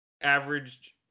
averaged